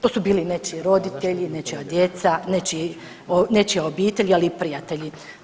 To su bili nečiji roditelji, nečija djeca, nečija obitelj ali i prijatelji.